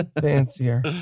fancier